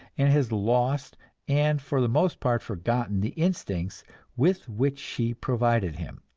and has lost and for the most part forgotten the instincts with which she provided him.